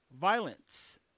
Violence